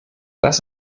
das